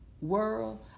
world